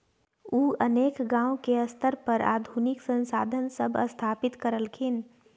उ अनेक गांव के स्तर पर आधुनिक संसाधन सब स्थापित करलखिन